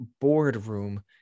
boardroom